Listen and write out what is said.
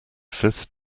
fifth